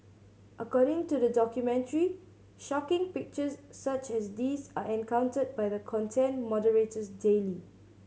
according to the documentary shocking pictures such as these are encountered by the content moderators daily